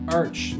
arch